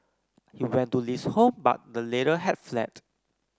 he went to Li's home but the latter had fled